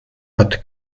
hat